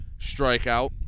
strikeout